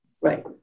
Right